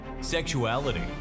sexuality